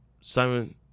Simon